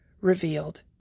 revealed